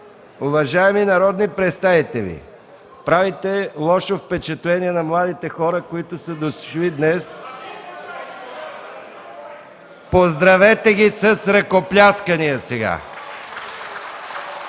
Уважаеми народни представители, правите лошо впечатление на младите хора, които са дошли днес. Поздравете ги с ръкопляскания.